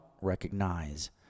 recognize